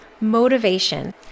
motivation